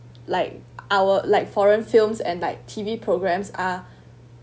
like our like foreign films and like T_V programs are